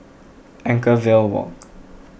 Anchorvale Walk